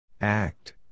Act